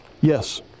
Yes